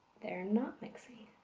they're not mixing